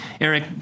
Eric